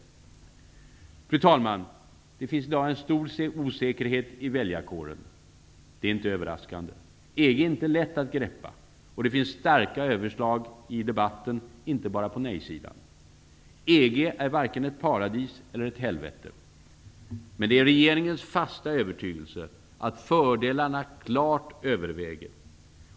Fru talman! Det finns i dag en stor osäkerhet i väljarkåren. Det är inte överraskande. EG är inte lätt att greppa. Det finns starka överslag i debatten - inte bara på nej-sidan. EG är varken ett paradis eller ett helvete. Men det är regeringens fasta övertygelse att fördelarna klart överväger.